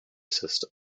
system